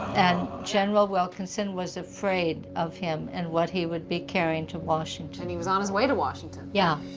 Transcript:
and general wilkinson was afraid of him, and what he would be carrying to washington. he was on his way to washington. yeah